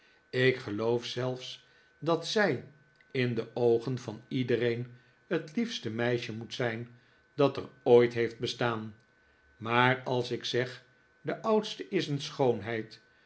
ik geloof zelfs dat zij in de oogen van iedereen t liefste meisje moet zijn dat er ooit heeft bestaan maar als ik zeg de oudste is een schoonheid